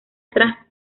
atrás